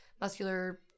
muscular